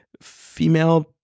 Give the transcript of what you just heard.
female